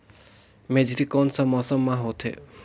मेझरी कोन सा मौसम मां होथे?